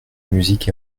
musique